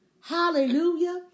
Hallelujah